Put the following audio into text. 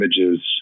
images